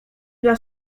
dla